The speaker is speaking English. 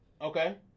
Okay